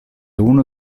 uno